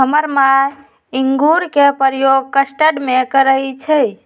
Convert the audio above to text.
हमर माय इंगूर के प्रयोग कस्टर्ड में करइ छै